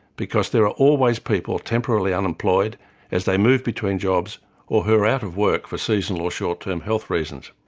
because there are always people temporarily unemployed as they move between jobs or who are out of work for seasonal or short-term health reasons.